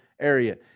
area